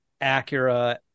Acura